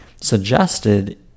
suggested